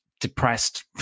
depressed